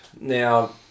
Now